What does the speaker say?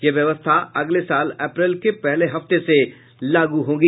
यह व्यवस्था अगले साल अप्रैल के पहले हफ्ते से लागू होगी